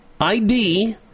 ID